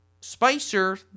Spicer